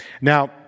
now